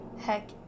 Heck